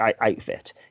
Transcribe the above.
outfit